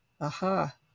Aha